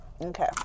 Okay